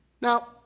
Now